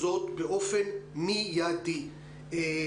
אבל